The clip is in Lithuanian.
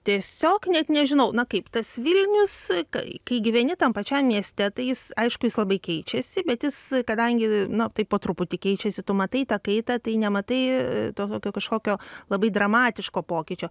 tiesiog net nežinau na kaip tas vilnius kai kai gyveni tam pačiam mieste tai jis aišku jis labai keičiasi bet jis kadangi na taip po truputį keičiasi tu matai tą kaitą tai nematai to tokio kažkokio labai dramatiško pokyčio